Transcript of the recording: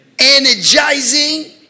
energizing